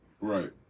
Right